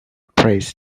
prays